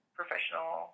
professional